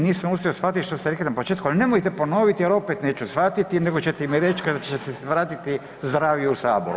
Nisam uspio shvatiti što ste rekli na početku, ali nemojte ponoviti jer opet neću shvatiti nego ćete mi reći kada ćete se vratiti zdravi u Sabor.